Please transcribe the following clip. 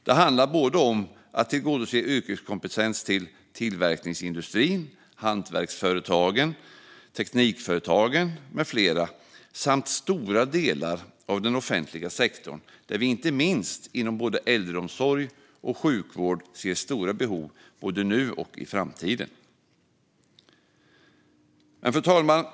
Det handlar om att tillgodose yrkeskompetens till tillverkningsindustrin, hantverksföretagen, teknikföretag med flera och stora delar av den offentliga sektorn, där vi inte minst inom äldreomsorg och sjukvård ser stora behov både nu och i framtiden. Fru talman!